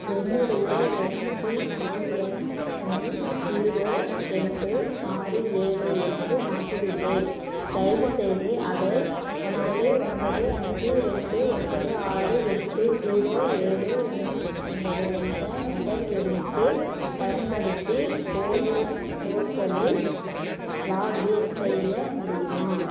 என்னுடைய எம்பிஐஎன் ஐ ஜீரோ ரெண்டு ஆறு ஏழு என்று மாற்றியுள்ளேன் தயவுசெய்து அதை ஒன்பது ஒன்பது அஞ்சு ரெண்டு ஒன்பது ஆறு எட்டு ஜீரோ ஏழு ஒன்று ஒன்பது என்ற மொபைல் எண்ணுக்கு பயன்படுத்தி கோவின் போர்ட்டலில் லாகின் செய்ய முடியுமா